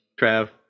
Trav